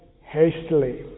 hastily